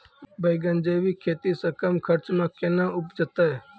बैंगन जैविक खेती से कम खर्च मे कैना उपजते?